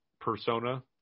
persona